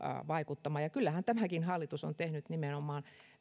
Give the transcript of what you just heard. kyllähän tämäkin hallitus on tehnyt nimenomaan